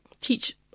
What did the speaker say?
teach